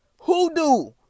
Hoodoo